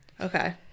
Okay